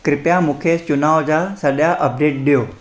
कृपया मूंखे चुनाव जा सॼा अपडेट्स ॾियो